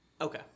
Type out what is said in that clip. Okay